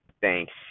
thanks